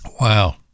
Wow